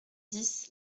dix